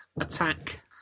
attack